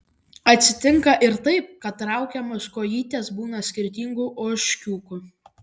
atsitinka ir taip kad traukiamos kojytės būna skirtingų ožkiukų